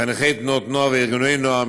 חניכי תנועות נוער וארגוני נוער,